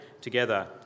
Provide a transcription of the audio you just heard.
together